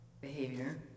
behavior